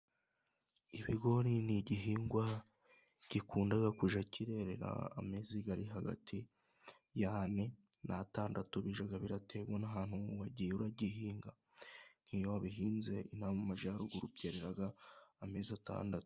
Ibigori ni igihingwa gikunda kujya kirerera ameziga ari hagati y'ane n'atandatu, bijya biraterwa n'ahantu wagiye uragihinga, iyo wabihinze inaha mu Majyaruguru byerera amezi atandatu.